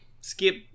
Skip